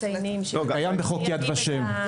זה קיים בחוק יד ושם.